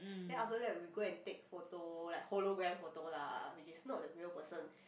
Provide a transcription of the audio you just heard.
then after that we go and take photo like hologram photo lah which is not the real person